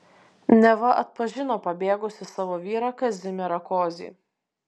neva atpažino pabėgusį savo vyrą kazimierą kozį